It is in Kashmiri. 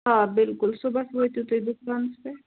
آ بِلکُل صُبحس وٲتِو تُہۍ دُکانَس پیٚٹھ